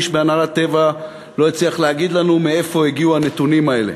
איש בהנהלת "טבע" לא הצליח להגיד לנו מאיפה הגיעו הנתונים האלה.